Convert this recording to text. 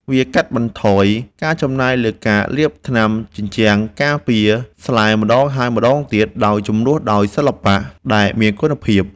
វាកាត់បន្ថយការចំណាយលើការលាបថ្នាំជញ្ជាំងការពារស្លែម្ដងហើយម្ដងទៀត ដោយជំនួសដោយសិល្បៈដែលមានគុណភាព។